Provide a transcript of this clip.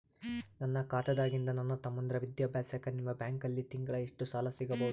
ನನ್ನ ಖಾತಾದಾಗಿಂದ ನನ್ನ ತಮ್ಮಂದಿರ ವಿದ್ಯಾಭ್ಯಾಸಕ್ಕ ನಿಮ್ಮ ಬ್ಯಾಂಕಲ್ಲಿ ತಿಂಗಳ ಎಷ್ಟು ಸಾಲ ಸಿಗಬಹುದು?